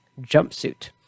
jumpsuit